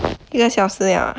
一个小时了 ah